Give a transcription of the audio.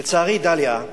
לצערי, דליה,